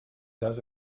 does